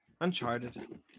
Uncharted